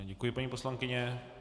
Děkuji, paní poslankyně.